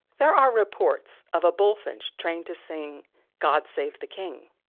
there are reports of a bullfinch trained to sing god save the king,